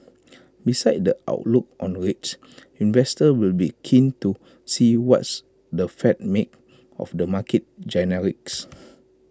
besides the outlook on rates investors will be keen to see what's the fed made of the market